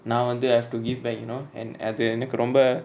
நா வந்து:na vanthu I have to give back you know and அது எனக்கு ரொம்ப:athu enaku romba